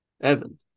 Evan